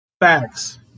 Facts